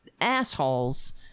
assholes